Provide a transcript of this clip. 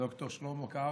ד"ר שלמה קרעי,